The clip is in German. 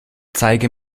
zeige